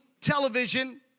television